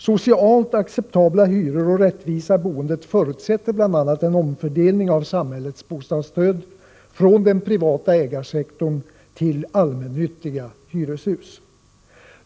Socialt acceptabla hyror och rättvisa i boendet förutsätter bl.a. en omfördelning av samhällets bostadsstöd, från den privata ägarsektorn till allmännyttiga hyreshus.